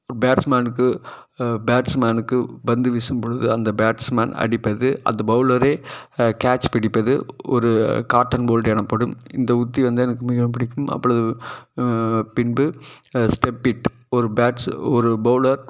பேட்ஸ்மேனுக்கு பேட்ஸ்மேனுக்கு பந்து வீசும்பொழுது அந்த பேட்ஸ்மேன் அடிப்பது அந்த பவுலரே கேட்ச் பிடிப்பது ஒரு காட்டன் போல்ட் எனப்படும் இந்த உத்தி வந்து எனக்கு மிகவும் பிடிக்கும் அவ்வளவு பின்பு ஸ்டெப்பிட் ஒரு பேட்ஸ் ஒரு பவுலர்